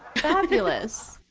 fabulous.